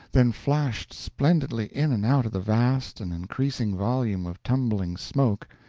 then flashed splendidly in and out of the vast and increasing volume of tumbling smoke,